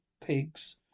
pigs